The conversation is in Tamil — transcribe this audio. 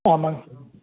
ஆமாங்க சார்